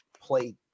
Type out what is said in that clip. play